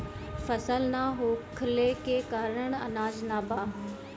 फसल ना होखले के कारण अनाज ना बा